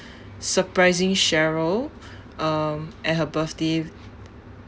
surprising cheryl um at her birthday